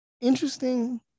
interesting